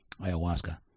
ayahuasca